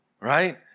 right